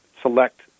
select